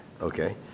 Okay